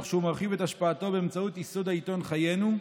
תוך שהוא מרחיב את השפעתו באמצעות ייסוד העיתון "חיינו",